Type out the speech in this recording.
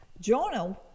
Jonah